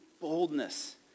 boldness